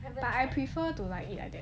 but I prefer to like eat like that